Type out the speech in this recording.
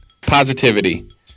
Positivity